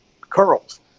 curls